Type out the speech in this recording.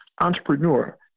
entrepreneur